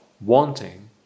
wanting